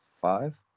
five